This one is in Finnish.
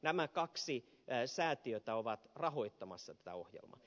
nämä kaksi säätiötä ovat rahoittamassa tätä ohjelmaa